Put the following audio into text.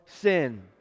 sin